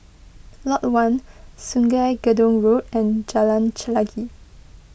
Lot one Sungei Gedong Road and Jalan Chelagi